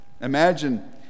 Imagine